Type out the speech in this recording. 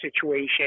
situation